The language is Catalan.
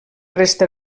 resta